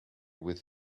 with